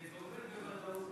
בוודאות.